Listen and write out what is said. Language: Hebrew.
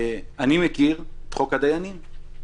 אני מכיר את חוק הדיינים,